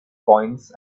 coins